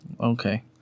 okay